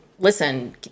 Listen